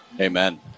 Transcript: amen